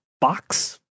box